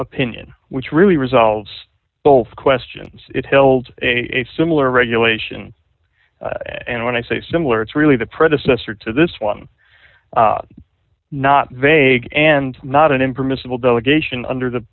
opinion which really resolves both questions it held a similar regulation and when i say similar it's really the predecessor to this one not vague and not an impermissible delegation under the